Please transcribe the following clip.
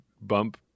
bump